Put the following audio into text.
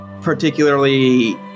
particularly